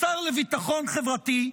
השר לביטחון חברתי.